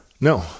no